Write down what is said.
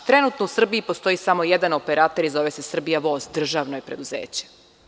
Trenutno u Srbiji postoji samo jedan operater i zove se „Srbija voz“, državno je preduzeće.